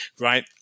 right